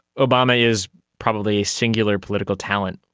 obama is probably a singular political talent,